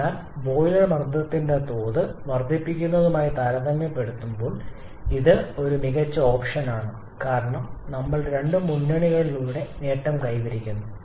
അതിനാൽ ബോയിലർ മർദ്ദത്തിന്റെ തോത് വർദ്ധിക്കുന്നതുമായി താരതമ്യപ്പെടുത്തുമ്പോൾ ഇത് ഒരു മികച്ച ഓപ്ഷനാണ് കാരണം നമ്മൾ രണ്ട് മുന്നണികളിൽ നേട്ടം കൈവരിക്കുന്നു